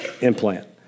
implant